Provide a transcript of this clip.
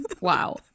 wow